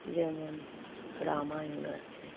যেমন রামায়ণ আছে